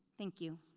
thank you.